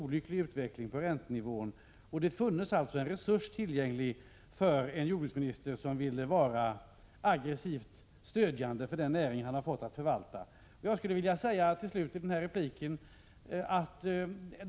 Det funnes alltså en resurs tillgänglig för en jordbruksminister som ville vara aggressivt stödjande för den näring han har fått att förvalta.